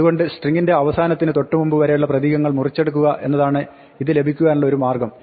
അതുകൊണ്ട് സ്ട്രിങ്ങിന്റെ അവസാനത്തിന് തൊട്ടുമുമ്പ് വരെയുള്ള പ്രതീകങ്ങൾ മുറിച്ചെടുക്കുക എന്നതാണ് ഇത് ലഭിക്കുവാനുള്ള ഒരു മാർഗ്ഗം